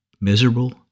miserable